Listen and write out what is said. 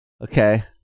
Okay